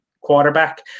quarterback